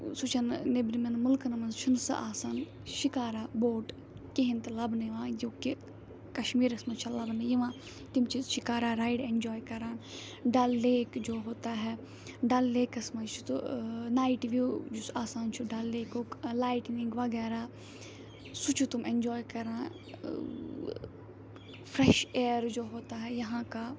سُہ چھَنہٕ نیٚبرِمیٚن مُلکَن منٛز چھُنہٕ سُہ آسان شِکارا بوٗٹ کِہیٖنۍ تہِ لَبنہٕ یِوان یوں کہِ کَشمیٖرَس منٛز چھِ لَبنہٕ یِوان تِم چھِ شِکارا رایڈ ایٚنجواے کَران ڈَل لیک جو ہوتا ہے ڈَل لیکَس منٛز چھُ تہٕ ٲں نایِٹ وِیو یُس آسان چھُ ڈَل لیکُک لایٹنِنٛگ وَغیرہ سُہ چھُ تٕم ایٚنجواے کَران فرٛیٚش اِیر جو ہوتا ہے یہاں کا